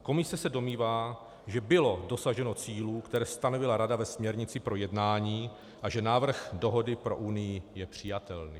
Komise se domnívá, že bylo dosaženo cílů, které stanovila Rada ve směrnici pro jednání, a že návrh dohody pro Unii je přijatelný.